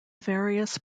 various